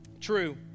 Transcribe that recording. true